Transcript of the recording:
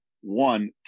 one